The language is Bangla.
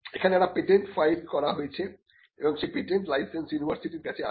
এখানে একটা পেটেন্ট ফাইল করা হয়েছে এবং সেই পেটেন্ট লাইসেন্স ইউনিভার্সিটির কাছে আছে